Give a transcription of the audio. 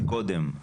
קודם,